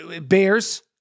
bears